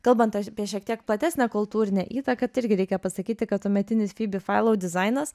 kalbant apie šiek tiek platesnę kultūrinę įtaką tai irgi reikia pasakyti kad tuometinis fibi failau dizainas